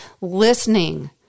listening